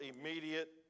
immediate